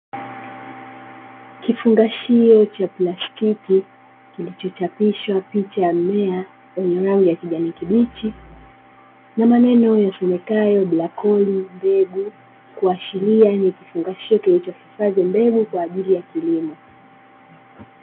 Kifungashio cha plastiki kilichochapishwa picha ya mmea wenye rangi ya kijani kibichi, na maneno yasomekayo "broccoli mbegu" kuashilia ni kifungashio kilichohifadhi mbegu kwa ajili ya kilimo.